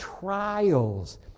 trials